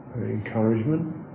encouragement